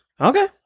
Okay